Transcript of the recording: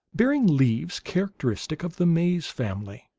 bearing leaves characteristic of the maize family.